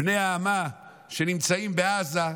בני האמה, שנמצאים בעזה,